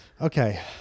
Okay